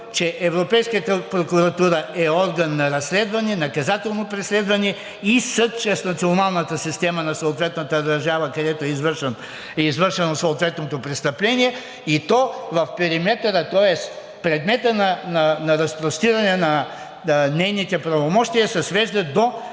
че Европейската прокуратура е орган на разследване, наказателно преследване и съд чрез националната система на съответната държава, където е извършено съответното престъпление, и то в периметъра, тоест предметът на разпростиране на нейните правомощия се свежда